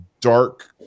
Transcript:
dark